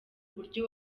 buryo